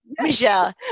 michelle